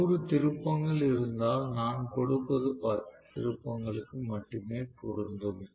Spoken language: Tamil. நூறு திருப்பங்கள் இருந்தால் நான் கொடுப்பது 10 திருப்பங்களுக்கு மட்டுமே பொருந்தும்